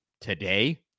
today